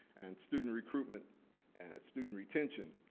and student recruitment, and student retention,